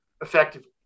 effectively